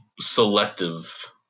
selective